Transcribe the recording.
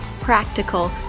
practical